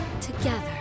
together